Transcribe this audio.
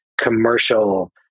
commercial